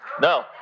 No